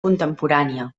contemporània